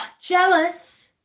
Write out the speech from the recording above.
jealous